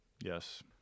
Yes